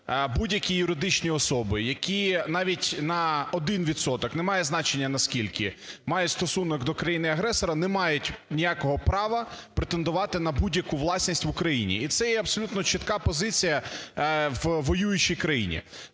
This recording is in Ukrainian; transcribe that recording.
Будь-які юридичні особи, які навіть на один відсоток, немає значення наскільки, мають стосунок до країни-агресора, не мають ніякого права претендувати на будь-яку власність в Україні. І це є абсолютно чітка позиція в воюючій країні.